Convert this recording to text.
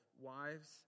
wives